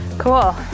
Cool